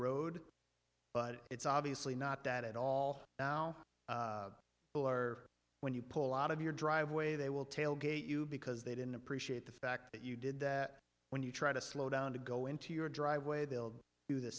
road but it's obviously not that at all now when you pull out of your driveway they will tailgate you because they didn't appreciate the fact that you did that when you try to slow down to go into your driveway they'll do the